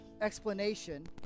explanation